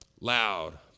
Loud